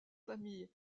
famille